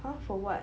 !huh! for what